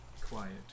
quiet